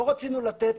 לא רצינו לתת